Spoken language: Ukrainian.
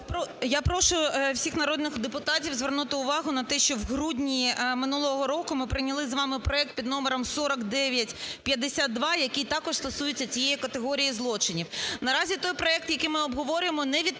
Я прошу всіх народних депутатів звернути увагу на те, що в грудні минулого року ми прийняли з вами проект під номером 4952, який також стосується цієї категорії злочинів. Наразі той проект, який ми обговорюємо, не відповідає